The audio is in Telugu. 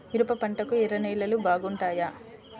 మిరప పంటకు ఎర్ర నేలలు బాగుంటాయా?